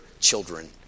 children